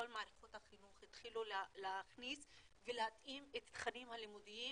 כל מערכות החינוך התחילו להכניס ולהתאים את התכנים הלימודיים